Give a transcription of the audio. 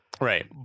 right